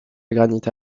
granite